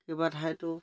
কেইবাঠাইতো